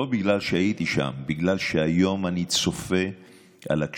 לא בגלל שהייתי שם אלא בגלל שהיום אני צופה בקשיים